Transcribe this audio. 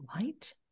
light